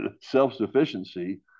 self-sufficiency